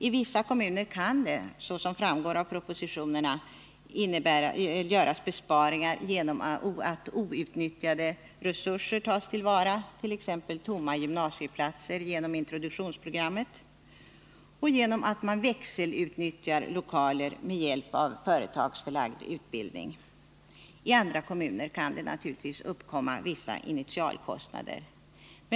I vissa kommuner kan, såsom framgår av propositionen, besparingar göras genom att outnyttjade resurser tas till vara — tomma gymnasieplatser tas i anspråk i introduktionsprogrammet — och genom att man kan växelutnyttja lokaler med hjälp av företagsförlagd utbildning. I andra kommuner kan naturligtvis vissa initialkostnader uppkomma.